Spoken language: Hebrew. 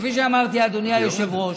כפי שאמרתי, אדוני היושב-ראש,